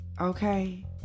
Okay